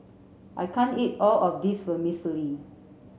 I can't eat all of this Vermicelli